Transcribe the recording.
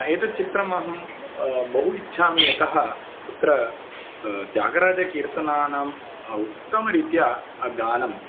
एतद् चित्रमहं बहु इच्छामि यतः तत्र त्यागराजकीर्तनानां उत्तमरीत्या गानं